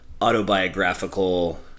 autobiographical